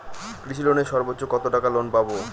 কৃষি লোনে সর্বোচ্চ কত টাকা লোন পাবো?